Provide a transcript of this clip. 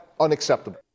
unacceptable